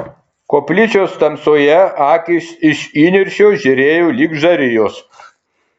koplyčios tamsoje akys iš įniršio žėrėjo lyg žarijos